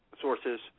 sources